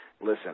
Listen